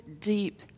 deep